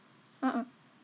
a'ah